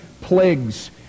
plagues